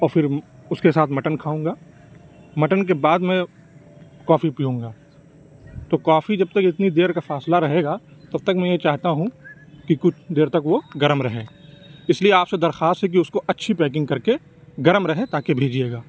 اور پھر اُس کے ساتھ مٹن کھاؤں گا مٹن کے بعد میں کافی پیوں گا تو کافی جب تک اتنی دیر کا فاصلہ رہے گا تب تک میں یہ چاہتا ہوں کہ کچھ دیر تک وہ گرم رہے اِس لیے آپ سے درخواست ہے کہ اُس کو اچھی پیکنگ کر کے گرم رہے تاکہ بھیجیے گا